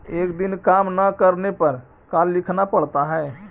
एक दिन काम न करने पर का लिखना पड़ता है?